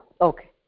okay